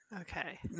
Okay